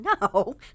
no